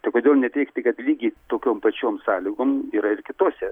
tai kodėl neteigti kad lygiai tokiom pačiom sąlygom yra ir kitose